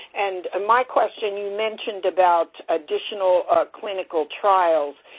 and ah my question, you mentioned about additional clinical trials,